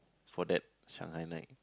for that Shanghai night